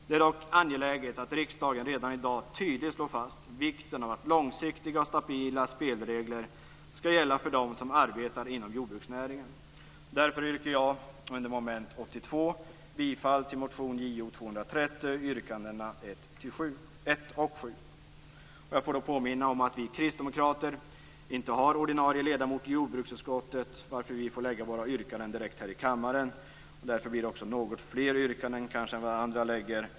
Det är dock angeläget att riksdagen redan i dag tydligt slår fast vikten av att långsiktiga och stabila spelregler skall gälla för dem som arbetar inom jordbruksnäringen. Därför yrkar jag under mom. 82 bifall till motion Jo230, yrkandena 1 och 7. Jag får påminna om att vi kristdemokrater inte har någon ordinarie ledamot i jordbruksutskottet, varför vi får göra våra yrkanden direkt i kammaren. Därför blir det något fler yrkanden än vad andra gör.